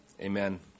Amen